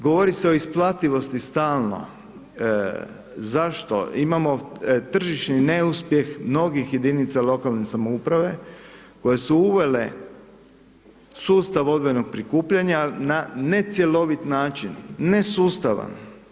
Govori se o isplativosti stalno, zašto, imamo tržišni neuspjeh mnogih jedinica lokalne samouprave koje su uvele sustav odvojenog prikupljanja na necjelovit način, nesustavan.